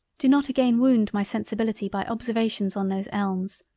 do not again wound my sensibility by observations on those elms.